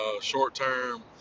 short-term